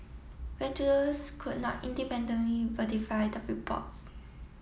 Reuters could not independently verify the reports